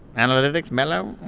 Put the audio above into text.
analytics? melo?